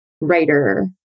writer